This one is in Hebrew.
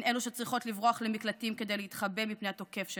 הן אלו שצריכות לברוח למקלטים כדי להתחבא מפני התוקף שלהן,